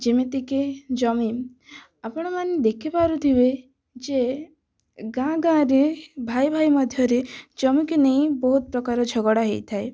ଯେମିତି କି ଜମି ଆପଣମାନେ ଦେଖିପାରୁଥିବେ ଯେ ଗାଁ ଗାଁରେ ଭାଇ ଭାଇ ମଧ୍ୟରେ ଜମିକି ନେଇ ବହୁତ ପ୍ରକାର ଝଗଡ଼ା ହେଇଥାଏ